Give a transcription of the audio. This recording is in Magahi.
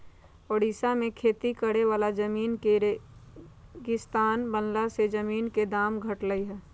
ओड़िशा में खेती करे वाला जमीन के रेगिस्तान बनला से जमीन के दाम घटलई ह